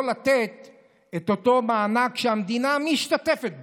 לתת את אותו מענק שהמדינה משתתפת בו.